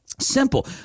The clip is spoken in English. Simple